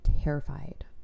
terrified